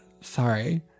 Sorry